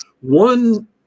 one